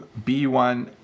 B1